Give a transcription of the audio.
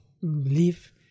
believe